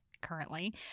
currently